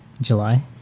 July